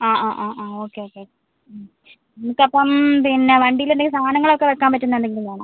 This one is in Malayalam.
ആ ആ ആ ആ ഓക്കെ ഓക്കെ മ് നിങ്ങൾക്ക് അപ്പം പിന്നെ വണ്ടിയിൽ എന്തെങ്കിലും സാധനങ്ങളൊക്കെ വയ്ക്കാൻ പറ്റുന്ന എന്തെങ്കിലും വേണോ